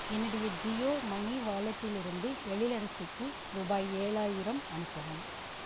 என்னுடைய Jio money வாலெட்டிலிருந்து எழிலரசிக்கு ரூபாய் ஏழாயிரம் அனுப்பவும்